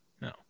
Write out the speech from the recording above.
no